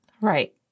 Right